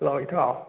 hello ꯏꯇꯥꯎ